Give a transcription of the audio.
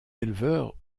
éleveurs